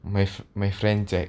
my my friend jack